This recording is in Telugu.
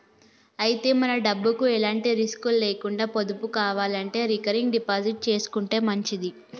అయితే మన డబ్బుకు ఎలాంటి రిస్కులు లేకుండా పొదుపు కావాలంటే రికరింగ్ డిపాజిట్ చేసుకుంటే మంచిది